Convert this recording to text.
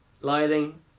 Lighting